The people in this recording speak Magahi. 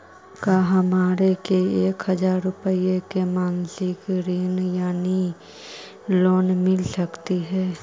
का हमरा के एक हजार रुपया के मासिक ऋण यानी लोन मिल सकली हे?